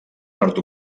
nord